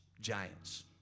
giants